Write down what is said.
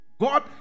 God